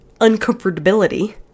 uncomfortability